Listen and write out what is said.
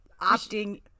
opting